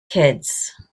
kids